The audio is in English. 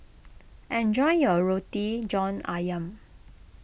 enjoy your Roti John Ayam